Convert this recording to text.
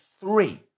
three